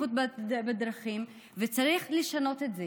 לבטיחות בדרכים, וצריך לשנות את זה,